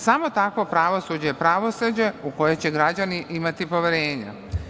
Samo takvo pravosuđe je pravosuđe u koje će građani imati poverenja.